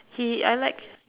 he I like